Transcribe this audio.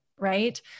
Right